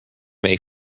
may